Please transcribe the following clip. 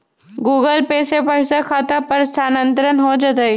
Google Pay से पईसा खाता पर स्थानानंतर हो जतई?